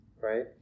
right